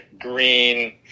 green